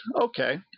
okay